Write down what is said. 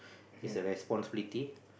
is a responsibility